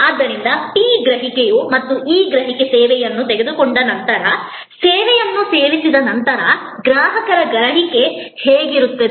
ಆದ್ದರಿಂದ ಪಿ ಗ್ರಹಿಕೆ ಮತ್ತು ಈ ಗ್ರಹಿಕೆ ಸೇವೆಯನ್ನು ತೆಗೆದುಕೊಂಡ ನಂತರ ಸೇವೆಯನ್ನು ಸೇವಿಸಿದ ನಂತರ ಗ್ರಾಹಕರ ಗ್ರಹಿಕೆ ಆಗಿದೆ